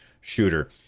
shooter